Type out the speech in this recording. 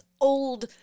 old